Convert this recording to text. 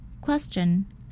Question